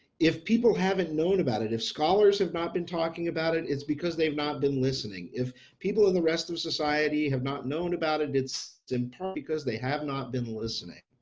if people haven't known about it, if scholars have not been talking about it, it's because they've not been listening. if people in the rest of society have not known about it, it's in part because they have not been listening.